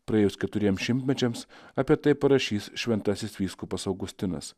praėjus keturiems šimtmečiams apie tai parašys šventasis vyskupas augustinas